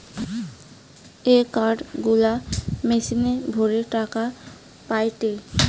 এ card গুলা মেশিনে ভরে টাকা পায়টে